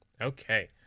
Okay